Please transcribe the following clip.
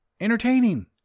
Entertaining